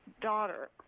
daughter